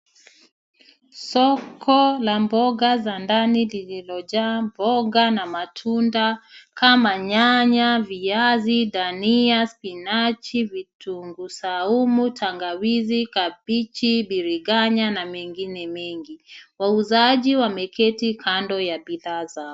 Soko la mboga za ndani lililojaa mboga na matunda kama nyanya, viazi, dania, spinachi, vitunguu saumu, tangawizi, kabiji, biriganya na mengine mengi. Wauzaji wameketi kadno ya bidhaa zao.